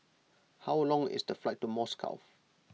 how long is the flight to Moscow